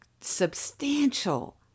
substantial